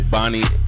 Bonnie